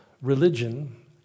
religion